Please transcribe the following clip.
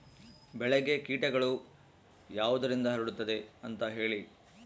ಬೆಳೆಗೆ ಕೇಟಗಳು ಯಾವುದರಿಂದ ಹರಡುತ್ತದೆ ಅಂತಾ ಹೇಳಿ?